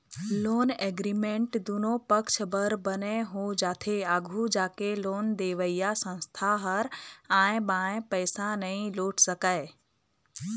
loan agreement दुनो पक्छ बर बने हो जाथे आघू जाके लोन देवइया संस्था ह आंय बांय पइसा नइ लूट सकय